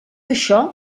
això